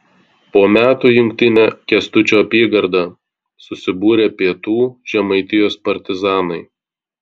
po metų į jungtinę kęstučio apygardą susibūrė pietų žemaitijos partizanai